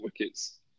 wickets